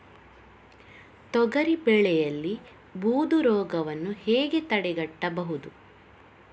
ತೊಗರಿ ಬೆಳೆಯಲ್ಲಿ ಬೂದು ರೋಗವನ್ನು ಹೇಗೆ ತಡೆಗಟ್ಟಬಹುದು?